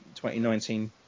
2019